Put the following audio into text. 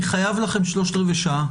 אני חייב לכם שלושת-רבעי שעה...